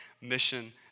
mission